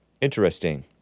Interesting